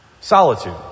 Solitude